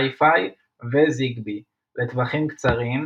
Li-Fi ו-ZigBee לטווחים קצרים,